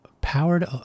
powered